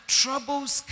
troubles